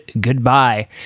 goodbye